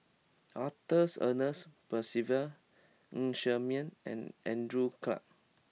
Arthur Ernest Percival Ng Ser Miang and Andrew Clarke